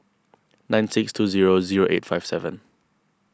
nine six two zero zero eight five seven